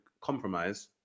compromise